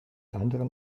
anderen